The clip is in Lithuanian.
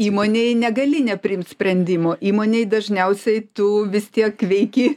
įmonėje negali nepriimt sprendimo įmonėj dažniausiai tu vis tiek veiki